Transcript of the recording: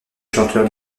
chanteur